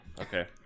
Okay